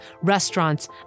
restaurants